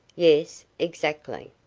yes exactly.